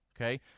okay